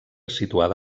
situada